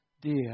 dear